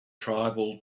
tribal